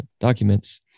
documents